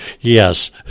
Yes